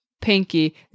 Pinky